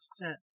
percent